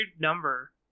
number